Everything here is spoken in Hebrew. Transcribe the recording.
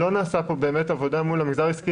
לא נעשתה כאן עבודה מול המגזר העסקי